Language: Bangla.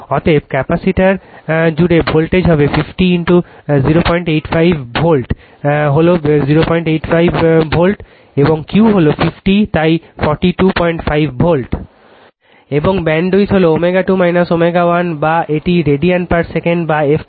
অতএব ক্যাপাসিটর জুড়ে ভোল্টেজ হবে 50 085 V হল 085 ভোল্ট এবং Q হল 50 তাই 425 ভোল্ট। এবং ব্যান্ডউইথ হল ω 2 ω 1 বা এটি রেডিয়ান পার সেকেন্ড বা f 2 f 1 হার্টজে